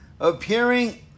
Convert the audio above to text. Appearing